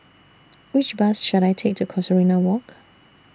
Which Bus should I Take to Casuarina Walk